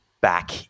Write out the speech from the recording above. back